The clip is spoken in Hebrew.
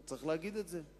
צריך להגיד את זה.